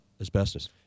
Asbestos